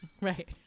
Right